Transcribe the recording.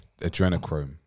Adrenochrome